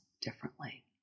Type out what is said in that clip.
differently